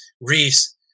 Reese